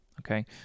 Okay